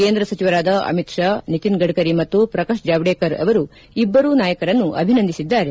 ಕೇಂದ್ರ ಸಚಿವರಾದ ಅಮಿತ್ ಶಾ ನಿತಿನ್ ಗಡ್ಕರಿ ಮತ್ತು ಪ್ರಕಾಶ್ ಜಾವ್ಡೇಕರ್ ಅವರು ಇಬ್ಬರೂ ನಾಯಕರನ್ನು ಅಭಿನಂದಿಸಿದ್ದಾರೆ